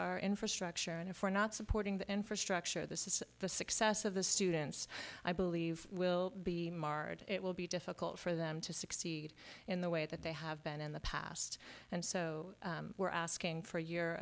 are infrastructure and for not supporting the infrastructure this is the success of the students i believe will be marred it will be difficult for them to succeed in the way that they have been in the past and so we're asking for your